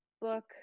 book